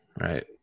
right